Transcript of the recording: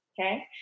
Okay